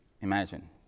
Imagine